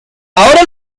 ahora